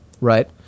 Right